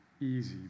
Easy